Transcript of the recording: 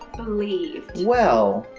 believed? well,